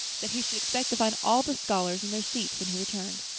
that he should expect to find all the scholars in their seats when he returned.